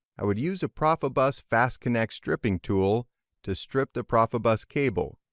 i would use a profibus fast connect stripping tool to strip the profibus cable